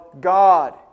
God